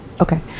okay